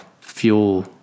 fuel